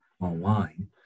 online